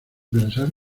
pensar